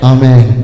Amen